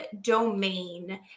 domain